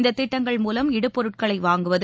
இந்த திட்டங்கள் மூலம் இடுப்பொருட்களை வாங்குவது